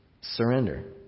surrender